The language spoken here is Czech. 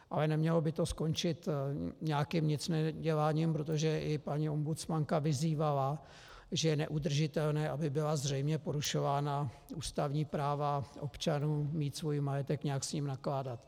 Ale nemělo by to skončit nějakým nicneděláním, protože i paní ombudsmanka vyzývala, že je neudržitelné, aby byla zřejmě porušována ústavní práva občanů mít svůj majetek, nějak s ním nakládat.